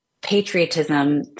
patriotism